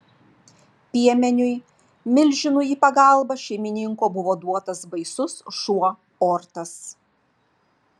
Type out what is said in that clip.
piemeniui milžinui į pagalbą šeimininko buvo duotas baisus šuo ortas